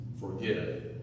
forgive